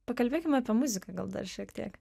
pakalbėkim apie muziką gal dar šiek tiek